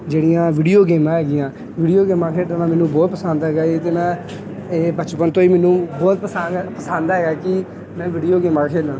ਜਿਹੜੀਆਂ ਵੀਡੀਓ ਗੇਮਾਂ ਹੈਗੀਆਂ ਵੀਡੀਓ ਗੇਮਾਂ ਖੇਡਣਾ ਮੈਨੂੰ ਬਹੁਤ ਪਸੰਦ ਹੈਗਾ ਇਹਦੇ ਨਾਲ਼ ਇਹ ਬਚਪਨ ਤੋਂ ਹੀ ਮੈਨੂੰ ਬਹੁਤ ਪਸੰਦ ਪਸੰਦ ਹੈਗਾ ਕਿ ਮੈਂ ਵੀਡੀਓ ਗੇਮਾਂ ਖੇਡਾਂ